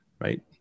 Right